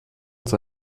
uns